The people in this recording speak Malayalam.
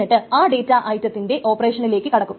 എന്നിട്ട് ആ ഡേറ്റാ ഐറ്റത്തിന്റെ ഓപ്പറേഷനിലേക്ക് കടക്കും